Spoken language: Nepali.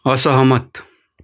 असहमत